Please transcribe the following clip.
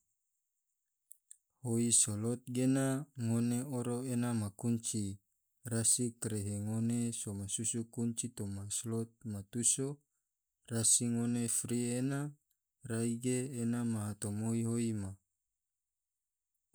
Hoi salot gena ngone oro ena ma kunci, rasi karehe ngone so masusu kunci toma slot ma tuso, rasi ngone fri ena rai ge ena ma tomoi hoi ma.